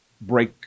break